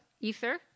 ether